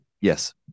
yes